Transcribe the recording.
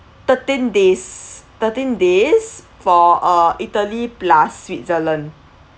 thirteen days thirteen days for uh italy plus switzerland